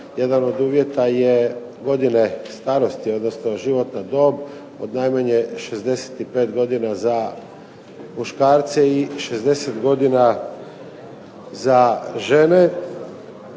Jedan od uvjeta je godine starosti, odnosno životna dob od najmanje 65 godina za muškarce i 60 godina za žene,